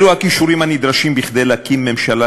אלה הכישורים הנדרשים כדי להקים ממשלה